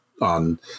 on